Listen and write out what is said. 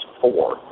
four